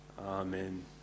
Amen